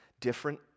different